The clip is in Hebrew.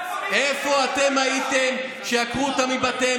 איפה הייתם כשעקרו משפחות מבתיהן?